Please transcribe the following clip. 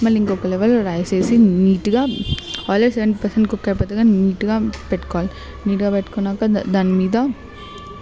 మళ్ళీ ఇంకో లెవల్లో రైస్ వేసి నీట్గా ఆల్రెడీ సెవెంటీ పర్సెట్ కుక్ అయిపోతుంది నీట్గా పెట్టుకోవాలి నీట్గా పెట్టుకున్నాక దా దాని మీద